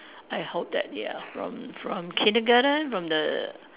I hope that ya from from Kindergarten from the